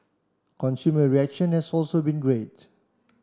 consumer reaction has also been great